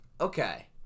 okay